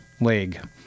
League